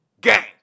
gang